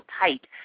tight